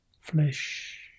flesh